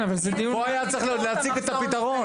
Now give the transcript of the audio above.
פה היה צריך להציג את הפתרון.